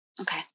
Okay